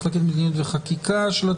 עורכת הדין עלווה קולן מתנועת